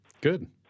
Good